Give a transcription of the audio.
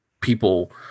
people